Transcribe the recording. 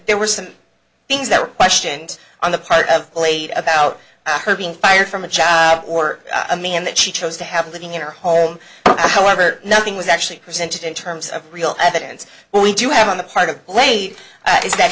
there were some things that were questioned on the part of late about her being fired from a child or a man that she chose to have a living in her home however nothing was actually presented in terms of real evidence we do have on the part of late is that